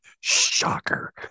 Shocker